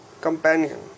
companion